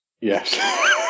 yes